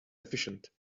efficient